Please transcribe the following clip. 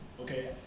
Okay